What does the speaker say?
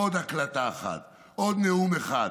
עוד הקלטה אחת, עוד נאום אחד,